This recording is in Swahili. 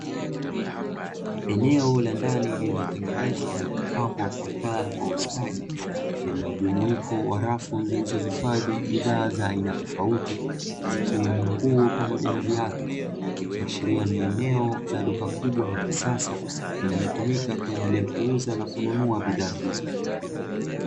Eneo la ndani lililotengenezwa na kupambwa kwa taa kwa ustadi lenye mjumuiko wa rafu zilizohifadhi bidhaa za aina tofauti zikiwemo nguo pamoja na viatu. Ikiashiria ni eneo la duka kubwa la kisasa linalotumika kwa ajili ya kuuza na kununua bidhaa hizo.